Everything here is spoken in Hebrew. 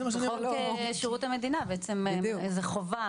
זה חוק שבשירות המדינה בעצם הוא חובה.